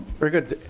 very good.